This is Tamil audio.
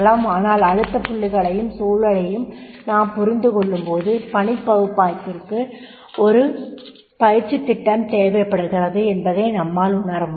ஆனால் அழுத்தப் புள்ளிகளையும் சூழலையும் நாம் புறிந்துகொள்ளும்போது பணிப் பகுப்பாய்விற்கு ஒரு பயிற்சித் திட்டம் தேவைப்படுகிறது என்பதை நம்மால் உணரமுடியும்